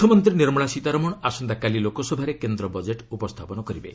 ଅର୍ଥମନ୍ତ୍ରୀ ନିର୍ମଳା ସୀତାରମଣ ଆସନ୍ତାକାଲି ଲୋକସଭାରେ କେନ୍ଦ୍ର ବଜେଟ୍ ଉପସ୍ଥାପନ କରିବେ